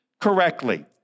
correctly